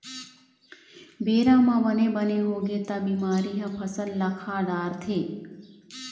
बेरा म बने बने होगे त बिमारी ह फसल ल खा डारथे